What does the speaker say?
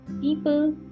People